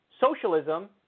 socialism